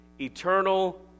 eternal